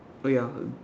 oh ya